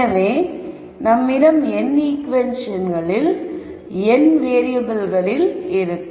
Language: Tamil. எனவே நம்மிடம் n ஈகுவேஷன்கள் n வேறியபிள்களில் இருக்கும்